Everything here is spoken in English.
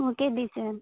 okay teacher